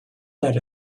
that